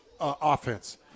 offense